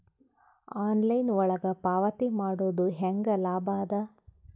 Online ಒಳಗ ಪಾವತಿ ಮಾಡುದು ಹ್ಯಾಂಗ ಲಾಭ ಆದ?